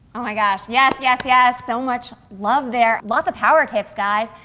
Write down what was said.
oh my gosh, yes, yes, yes! so much love there! love the power tips, guys,